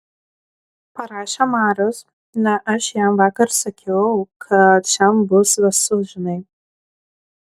parašė marius ne aš jam vakar sakiau kad šian bus vėsu žinai